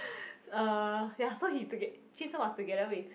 uh ya so he toge~ jun sheng was together with